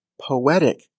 poetic